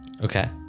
Okay